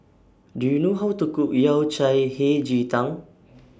Do YOU know How to Cook Yao Cai Hei Ji Tang